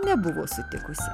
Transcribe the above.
nebuvo sutikusi